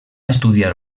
estudiar